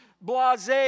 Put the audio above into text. blase